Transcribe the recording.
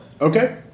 Okay